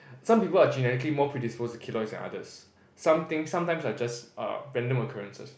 some people are genetically more predisposed to keloids than others some things sometime are just uh random occurrences